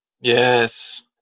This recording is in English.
Yes